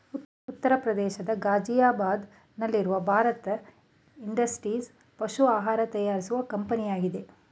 ಉತ್ತರ ಪ್ರದೇಶದ ಗಾಜಿಯಾಬಾದ್ ನಲ್ಲಿರುವ ಭಾರತ್ ಇಂಡಸ್ಟ್ರೀಸ್ ಪಶು ಆಹಾರ ತಯಾರಿಸುವ ಕಂಪನಿಯಾಗಿದೆ